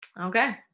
Okay